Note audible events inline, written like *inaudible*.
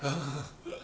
*laughs*